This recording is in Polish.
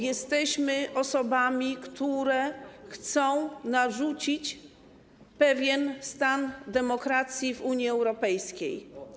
Jesteśmy osobami, które chcą narzucić pewien stan demokracji w Unii Europejskiej.